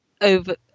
over